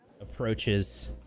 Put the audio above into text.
approaches